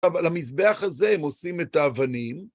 עכשיו, על המזבח הזה הם עושים את האבנים.